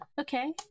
okay